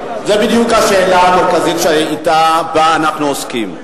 זו בדיוק השאלה המרכזית שבה אנחנו עוסקים,